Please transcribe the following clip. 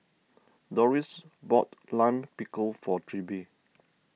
Dorris bought Lime Pickle for Trilby